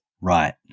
right